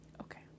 Okay